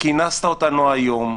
כינסת אותנו היום,